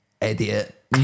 idiot